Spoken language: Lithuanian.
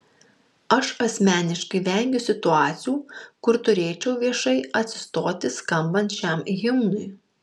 aš asmeniškai vengiu situacijų kur turėčiau viešai atsistoti skambant šiam himnui